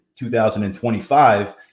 2025